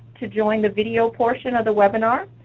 to join the video portion of the webinar,